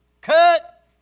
Cut